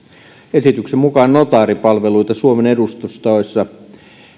esityksen mukaan notaaripalveluita suomen edustustoissa